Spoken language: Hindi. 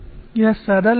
यह सरल नहीं है